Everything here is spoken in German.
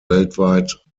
weltweit